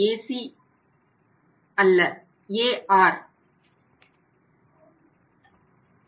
AC அல்ல AR